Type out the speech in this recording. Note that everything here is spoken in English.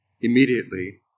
immediately